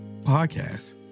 podcast